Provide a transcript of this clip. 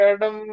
Adam